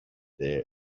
there